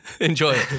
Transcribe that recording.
enjoy